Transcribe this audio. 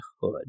Hood